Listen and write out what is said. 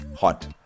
hot